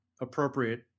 appropriate